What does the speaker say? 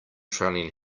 trailing